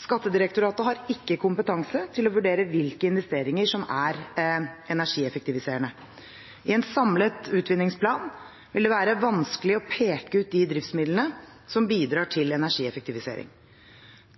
Skattedirektoratet har ikke kompetanse til å vurdere hvilke investeringer som er energieffektiviserende. I en samlet utvinningsplan ville det være vanskelig å peke ut de driftsmidlene som bidrar til energieffektivisering.